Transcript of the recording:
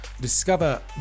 discover